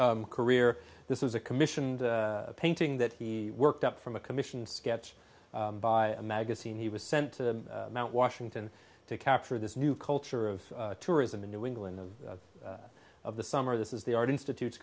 career this is a commissioned painting that he worked up from a commission sketch by a magazine he was sent to mount washington to capture this new culture of tourism in new england of the summer this is the art institute